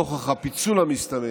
נוכח הפיצול המסתמן